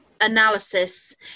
analysis